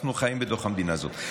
אנחנו חיים בתוך המדינה הזאת.